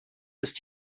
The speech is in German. ist